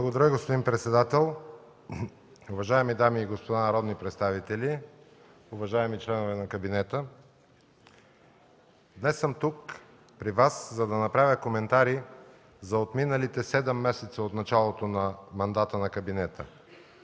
Благодаря, господин председател. Уважаеми дами и господа народни представители, уважаеми членове на кабинета! Днес съм тук при Вас, за да направя коментари за отминалите седем месеца от началото на мандата на кабинета